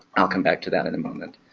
i'll come back to that in a moment.